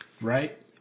right